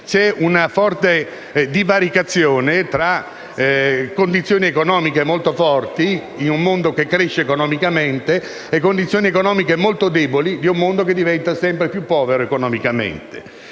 c'è una forte divaricazione tra condizioni economiche molto forti in un mondo che cresce economicamente e condizioni economiche molto deboli in un mondo che diventa economicamente